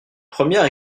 première